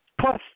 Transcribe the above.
Plus